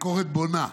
ביקורת בונה.